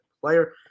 player